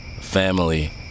family